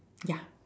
ya